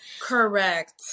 correct